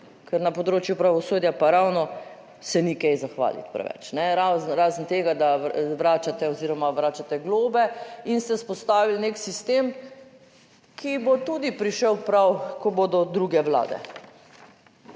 ker na področju pravosodja pa ravno se ni kaj zahvaliti preveč razen tega, da vračate oziroma vračate globe in ste vzpostavili nek sistem, ki bo tudi prišel prav, ko bodo druge vlade,